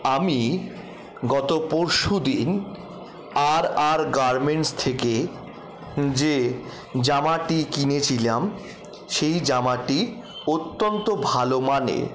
আমি গত পরশুদিন আরআর গার্মেন্টস থেকে যে জামাটি কিনেছিলাম সেই জামাটি অত্যন্ত ভালো মানের